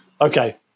Okay